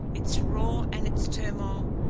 its roar and its turmoil,